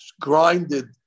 grinded